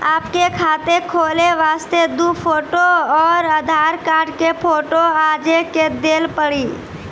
आपके खाते खोले वास्ते दु फोटो और आधार कार्ड के फोटो आजे के देल पड़ी?